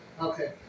Okay